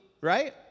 right